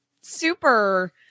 Super